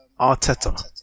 Arteta